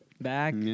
back